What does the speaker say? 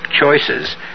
choices